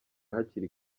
hakiri